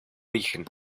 origen